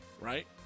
right